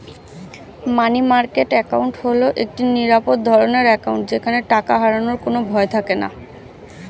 মানি market account হল একটি নিরাপদ ধরনের অ্যাকাউন্ট যেখানে টাকা হারানোর কোনো ভয় থাকেনা